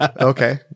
Okay